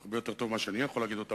הרבה יותר טוב מכפי שאני יכול לומר אותם,